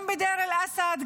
גם בדיר אל אסאד,